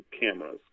cameras